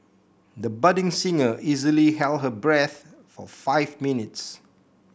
the budding singer easily held her breath for five minutes